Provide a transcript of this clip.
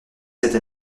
cette